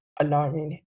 alarming